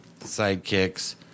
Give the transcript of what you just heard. sidekicks